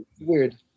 weird